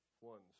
one's